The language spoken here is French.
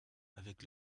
avec